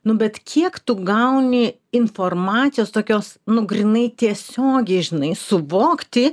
nu bet kiek tu gauni informacijos tokios nu grynai tiesiogiai žinai suvokti